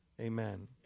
Amen